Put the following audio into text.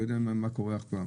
לא יודע מה קורה עכשיו,